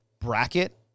bracket